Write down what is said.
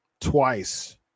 twice